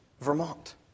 Vermont